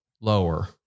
lower